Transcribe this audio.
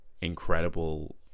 incredible